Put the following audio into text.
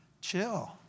chill